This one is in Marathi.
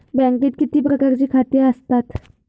बँकेत किती प्रकारची खाती आसतात?